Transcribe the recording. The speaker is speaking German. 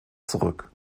zurück